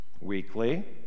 Weekly